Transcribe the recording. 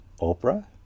Oprah